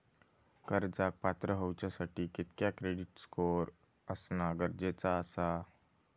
कर्जाक पात्र होवच्यासाठी कितक्या क्रेडिट स्कोअर असणा गरजेचा आसा?